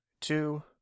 two